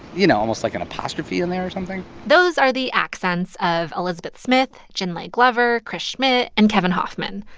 you know, almost like an apostrophe in there or something those are the accents of elizabeth smith, jin lei glover, chris schmitt and kevin hoffman.